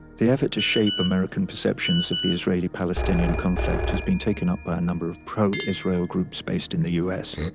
the effort to shape american perceptions of the israeli-palestinian conflict has been taken up by a number of pro-israel groups based in the u s.